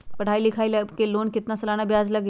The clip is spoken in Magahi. पढाई लिखाई ला लोन के कितना सालाना ब्याज लगी?